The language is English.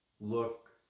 look